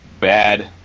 bad